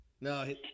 No